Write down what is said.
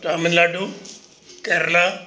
Tamil Nadu Kerala